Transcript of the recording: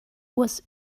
was